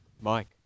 Mike